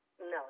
No